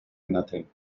nothing